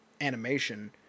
animation